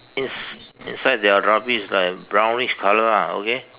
ins~ inside there are rubbish like brownish colour ah okay